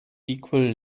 equal